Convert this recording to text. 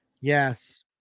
Yes